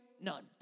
None